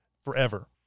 forever